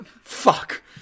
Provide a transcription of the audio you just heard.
Fuck